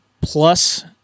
plus